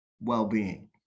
well-being